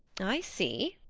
i see.